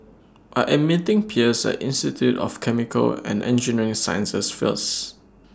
I Am meeting Pierce At Institute of Chemical and Engineering Sciences feels